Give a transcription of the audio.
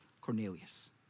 Cornelius